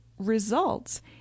results